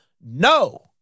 No